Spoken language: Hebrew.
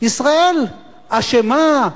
ישראל אשמה,